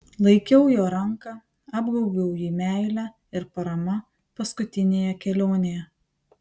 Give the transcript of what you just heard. laikiau jo ranką apgaubiau jį meile ir parama paskutinėje kelionėje